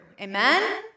Amen